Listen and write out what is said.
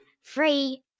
free